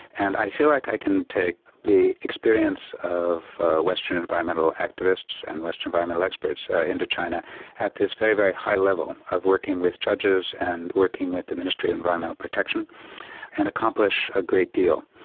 and i feel like i can take the experience of western environmental activists and western environmental experts into china at this very, very high level of working with judges and working with the ministry of environmental protection and accomplish a great deal.